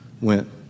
went